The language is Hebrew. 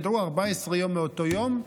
תדעו, 14 יום מאותו יום,